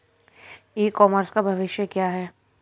ई commerce का भविष्य क्या है?